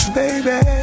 baby